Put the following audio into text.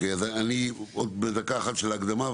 אני עוד בדקה אחת של הקדמה,